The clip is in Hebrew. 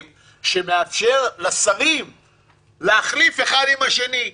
שמאפשרים לשרים להחליף אחד את השני.